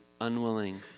unwilling